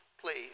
please